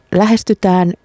lähestytään